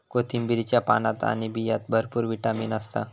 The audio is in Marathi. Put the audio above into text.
कोथिंबीरीच्या पानात आणि बियांत भरपूर विटामीन असता